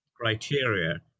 criteria